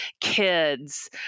kids